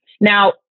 Now